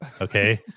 okay